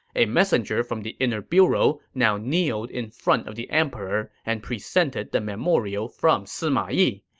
a messenger from the inner bureau now kneeled in front of the emperor and presented the memorial from sima yi.